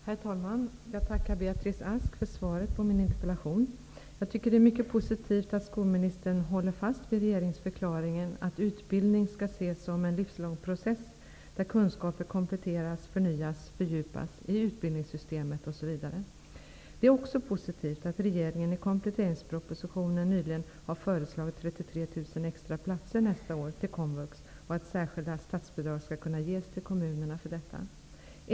Herr talman! Jag tackar Beatrice Ask för svaret på min interpellation. Jag tycker att det är mycket positivt att skolministern håller fast vid uttalandet i regeringsförklaringen att utbildningen skall ses som en livslång process, där kunskaper kompletteras, förnyas, fördjupas i utbildningssystemet osv. Det är också positivt att regeringen nyligen i kompletteringspropositionen har föreslagit 33 000 extra platser till komvux nästa år och att särskilda statsbidrag skall kunna ges till kommunerna för detta.